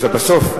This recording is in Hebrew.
שאתה בסוף?